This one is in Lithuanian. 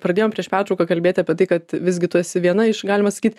pradėjom prieš pertrauką kalbėti apie tai kad visgi tu esi viena iš galima sakyt